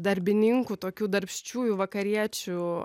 darbininkų tokių darbščiųjų vakariečių